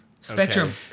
Spectrum